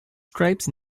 stripes